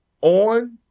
on